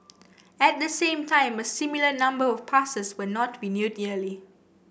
at the same time a similar number of passes were not renewed yearly